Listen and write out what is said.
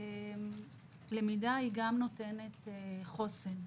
למידה גם נותנת חוסן.